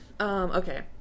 Okay